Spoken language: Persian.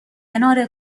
کنار